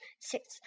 six